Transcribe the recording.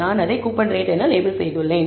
எனவே அதை coupon rate என லேபிள் செய்துள்ளேன்